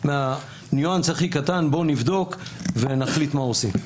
בניואנס הכי קטן בואו נבדוק ונחליט מה עושים.